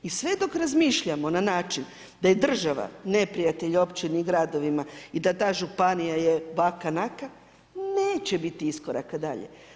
I sve dok razmišljamo na način da je država neprijatelj općini, gradovima i da ta županija je vaka, naka neće biti iskoraka dalje.